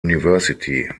university